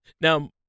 Now